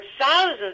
thousands